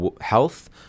health